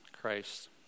Christ